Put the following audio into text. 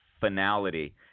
finality